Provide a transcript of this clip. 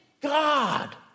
God